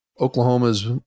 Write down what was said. Oklahoma's